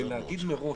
ולהגיד מראש,